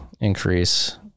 increase